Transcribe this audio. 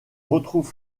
retrouve